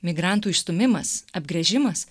migrantų išstūmimas apgręžimas